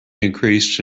increased